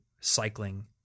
cycling